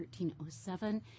1307